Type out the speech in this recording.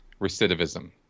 recidivism